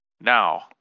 Now